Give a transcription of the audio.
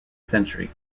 century